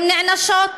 הן נענשות.